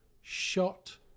shot